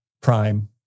Prime